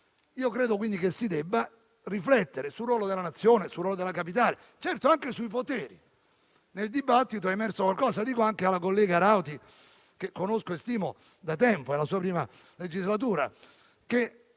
Credo, pertanto, che si debba riflettere sul ruolo della nazione, sul ruolo della capitale e, certo, anche sui poteri. Nel dibattito è emerso qualcosa. Dico alla collega Rauti, che conosco e stimo da tempo e che è alla sua prima legislatura, che,